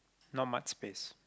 not much space